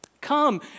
Come